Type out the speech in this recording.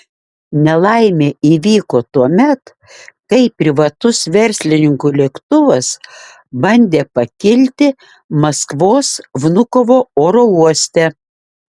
nelaimė įvyko tuomet kai privatus verslininko lėktuvas bandė pakilti maskvos vnukovo oro uoste